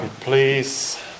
Please